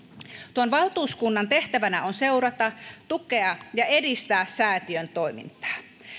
tuon valtuuskunnan tehtävänä on seurata tukea ja edistää säätiön toimintaa